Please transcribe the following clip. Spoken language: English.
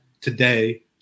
today